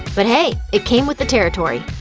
but hey, it came with the territory.